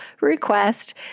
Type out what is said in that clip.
request